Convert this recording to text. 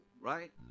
right